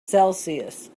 celsius